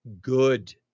Good